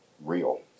real